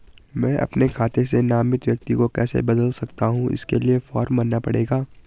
मैं अपने खाते से नामित व्यक्ति को कैसे बदल सकता हूँ इसके लिए फॉर्म भरना पड़ेगा?